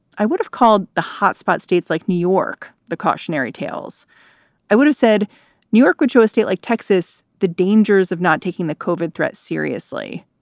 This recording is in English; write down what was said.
i would have called the hotspot states like new york. the cautionary tales i would have said newark would show a state like texas the dangers of not taking the cauvin threat seriously.